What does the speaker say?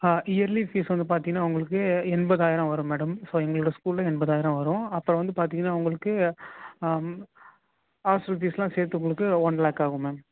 ஆ early fees வந்து பார்த்திங்ன்னா உங்களுக்கு எண்பதாயிரம் வரும் மேடம் ஸோ எங்ளோட ஸ்கூலில் எண்பதாயிரம் வரும் அப்புறோம் வந்து பார்த்திங்ன்னா உங்களுக்கு ஹாஸ்டல் ஃபீஸ்லாம் சேர்த்து உங்களுக்கு ஒன் லேக்காவும் மேம்